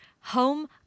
Home